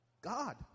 God